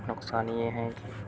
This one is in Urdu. نقصان یہ ہے کہ